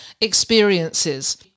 experiences